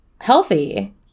healthy